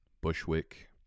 Bushwick